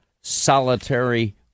solitary